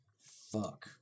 Fuck